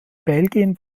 belgien